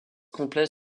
complets